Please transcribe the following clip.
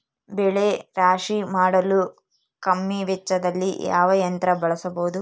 ಬೆಳೆ ರಾಶಿ ಮಾಡಲು ಕಮ್ಮಿ ವೆಚ್ಚದಲ್ಲಿ ಯಾವ ಯಂತ್ರ ಬಳಸಬಹುದು?